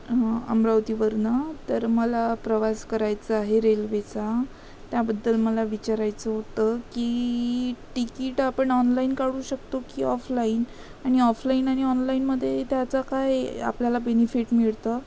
अमरावतीवरनं तर मला प्रवास करायचा आहे रेल्वेचा त्याबद्दल मला विचारायचं होतं की तिकीट आपण ऑनलाईन काढू शकतो की ऑफलाईन आणि ऑफलाईन आणि ऑनलाईनमध्ये त्याचा काय आपल्याला बेनिफिट मिळतं